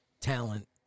talent